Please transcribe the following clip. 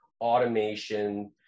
automation